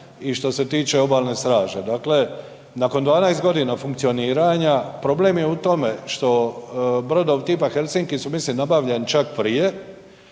i što se tiče Obalne straže, dakle nakon 12 godina funkcioniranja problem je u tome što brodovi tipa Helsinki su mislim nabavljeni čak prije,